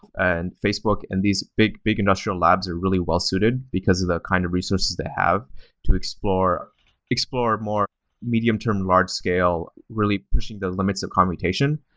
and facebook, and these big big industrial labs are really well-suited, because of the kind of resources they have to explore explore more medium term, large scale, really pushing the limits of computation.